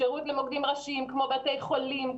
שירות למוקדים ראשיים כמו בתי חולים,